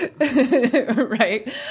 Right